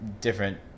different